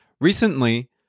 Recently